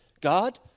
God